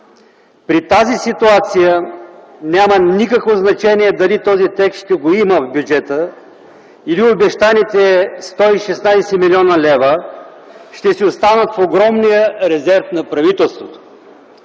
при тази ситуация няма никакво значение дали този текст ще го има в бюджета или обещаните 116 млн. лв. ще си останат в огромния резерв на правителството.